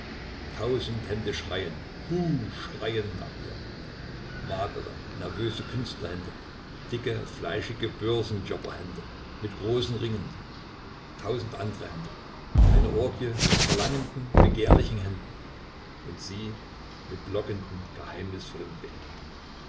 tausend hände schreien huh schreien nach ihr magere nervöse künstlerhände dicke fleischige börsenjobberhände mit großen ringen tausend andre hände eine orgie von verlangenden begehrlichen händen und sie mit lockenden geheimnisvollen blicken